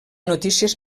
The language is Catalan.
notícies